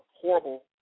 horrible